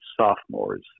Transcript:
sophomores